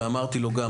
ואמרתי לו גם,